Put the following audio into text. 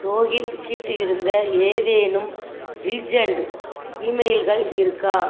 ரோஹித் கிட்ட இருந்த ஏதேனும் ரீஜெண்ட் ஈமெயில்கள் இருக்கா